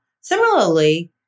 Similarly